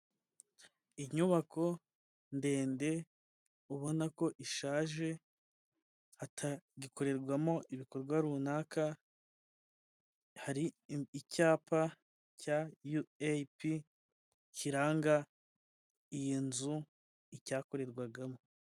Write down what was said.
Inyubako ndende ubona ko ishaje hatagikorerwamo ibikorwa runaka, hari icyapa cya UAP kiranga iyi nzu icyakorerwagamo.